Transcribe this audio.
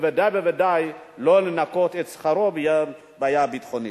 בוודאי ובוודאי לא לנכות משכרו בגלל הבעיה הביטחונית.